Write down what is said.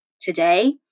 today